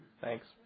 Thanks